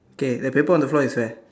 okay the paper on the floor is where